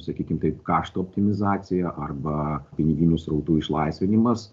sakykim taip kaštų optimizacija arba piniginių srautų išlaisvinimas